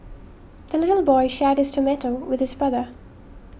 the little boy shared his tomato with his brother